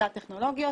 סטרט טכנולוגיות,